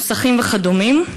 מוסכים וכדומה.